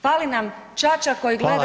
Fali nam ćaća koji gleda…